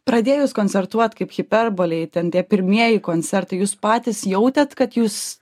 pradėjus koncertuot kaip hiperbolei ten tie pirmieji koncertai jūs patys jautėt kad jūs